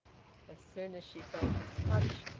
as soon as she felt his touch,